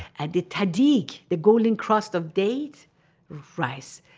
and the tahdig, the golden crust of date rice,